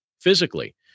physically